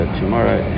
tomorrow